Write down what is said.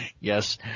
Yes